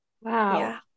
Wow